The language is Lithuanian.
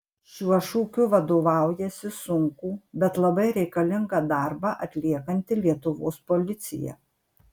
šiuo šūkiu vadovaujasi sunkų bet labai reikalingą darbą atliekanti lietuvos policija